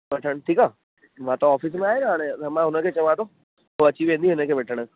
वठणु ठीकु आहे मां त ऑफ़िस में आहियां त मां हुन खे चवां थो हू अची वेंदी हिन खे वठणु